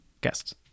guests